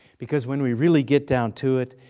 because when we really get down to it,